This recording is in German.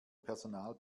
personal